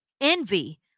Envy